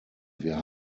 wir